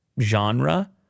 genre